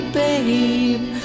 babe